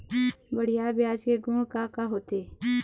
बढ़िया बीज के गुण का का होथे?